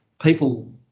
people